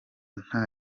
nta